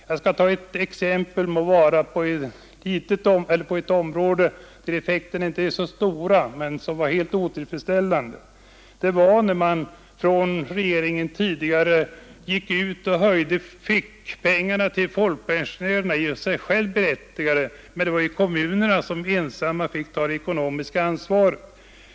Jag skall ta ett exempel på ett område, där effekterna inte är så stora men ändå helt otillfredsställande, nämligen när regeringen höjde fickpengarna till folkpensionärerna. Denna åtgärd var i och för sig berättigad, men det var kommunerna som ensamma fick ta det ekonomiska ansvaret.